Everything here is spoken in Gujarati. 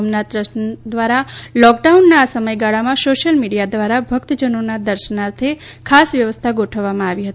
સોમનાથ ટ્રસ્ટ દ્વારા લોકડાઉનના આ સમયગાળામાં સોશિયલ મીડિયા દ્વારા ભક્તજનોના દર્શનાર્થે ખાસ વ્યવસ્થા ગોઠવવ માં આવી હતી